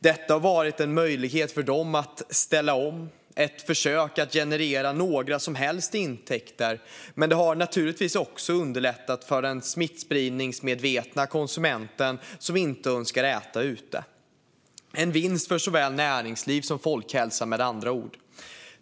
Det har varit en möjlighet för dem att ställa om, ett försök att över huvud taget generera några intäkter. Men det har naturligtvis också underlättat för den smittspridningsmedvetna konsument som inte önskar äta ute. Det är med andra ord en vinst för såväl näringsliv som folkhälsa.